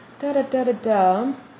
Da-da-da-da-da